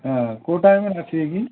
ହଁ କେଉଁ ଟାଇମ୍ ରଖିବେ କି